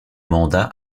mandat